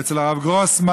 אצל הרב גרוסמן,